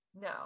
No